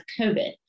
COVID